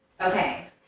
Okay